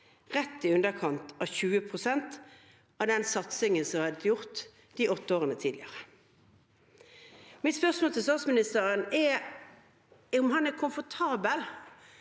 rett i underkant av 20 pst. av den satsingen som hadde vært gjort de åtte årene tidligere. Mitt spørsmål til statsministeren er: Er han komfortabel